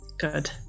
Good